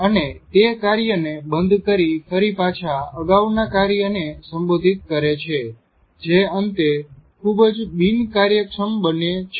અને તે કાર્ય ને બંધ કરી ફરી પાછા અગાઉના કાર્ય ને સંબોધિત કરે છે જે અંતે ખૂબ જ બિનકાર્યક્ષમ બને છે